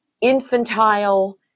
infantile